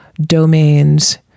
domains